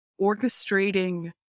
orchestrating